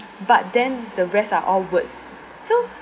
but then the rest are all words so